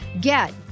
Get